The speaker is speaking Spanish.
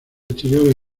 exteriores